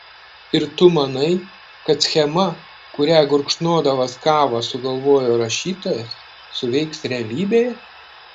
ir tu manai kad schema kurią gurkšnodamas kavą sugalvojo rašytojas suveiks realybėje